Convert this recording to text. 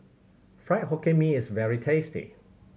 Fried Hokkien Mee is very tasty